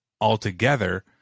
altogether